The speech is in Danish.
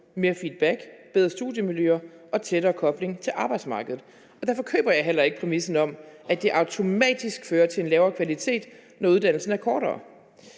med feedback, bedre studiemiljøer og en tættere kobling til arbejdsmarkedet. Derfor køber jeg heller ikke præmissen om, at det automatisk fører til en lavere kvalitet, når uddannelsen er kortere.